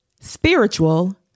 spiritual